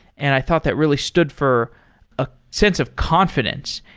and i thought that really stood for a sense of confidence,